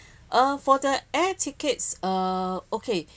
uh for the air tickets uh okay